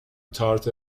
تارت